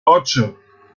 ocho